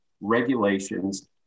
regulations